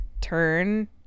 turn